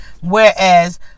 whereas